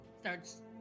starts